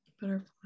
Butterfly